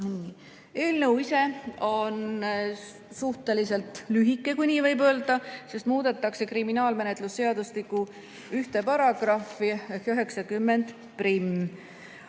Eelnõu ise on suhteliselt lühike, kui nii võib öelda, sest muudetakse kriminaalmenetluse seadustiku ühte paragrahvi